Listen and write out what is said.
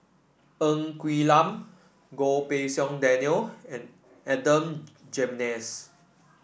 Ng Quee Lam Goh Pei Siong Daniel and Adan Jimenez